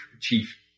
Chief